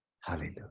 Hallelujah